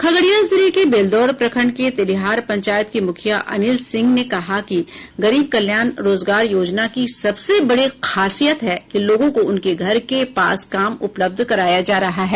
खगड़िया जिले के बेलदौर प्रखंड के तेलिहार पंचायत के मुखिया अनिल सिंह ने कहा कि गरीब कल्याण रोजगार योजना की सबसे बड़ी खासियत है कि लोगों को उनके घर के पास काम उपलब्ध कराया जा रहा है